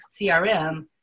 CRM